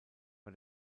bei